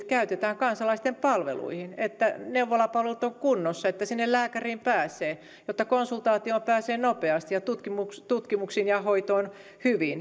käytetään kansalaisten palveluihin siihen että neuvolapalvelut ovat kunnossa että sinne lääkäriin pääsee että konsultaatioon pääsee nopeasti ja tutkimuksiin ja hoitoon hyvin